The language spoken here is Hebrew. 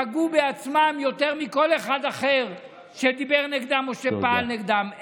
פגעו בעצמם יותר מכל אחד אחר שדיבר נגדם או פעל נגדם.